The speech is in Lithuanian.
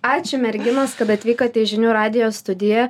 ačiū merginos kad atvykot į žinių radijo studiją